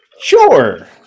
Sure